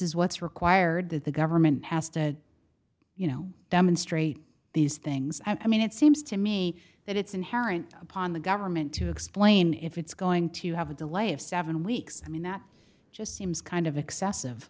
is what's required that the government has to you know demonstrate these things i mean it seems to me that it's inherent upon the government to explain if it's going to have a delay of seven weeks i mean that just seems kind of excessive